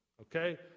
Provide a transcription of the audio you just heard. okay